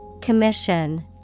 Commission